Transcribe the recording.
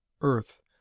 earth